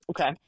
Okay